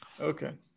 okay